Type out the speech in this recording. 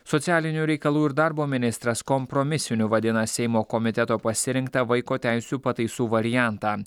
socialinių reikalų ir darbo ministras kompromisiniu vadina seimo komiteto pasirinktą vaiko teisių pataisų variantą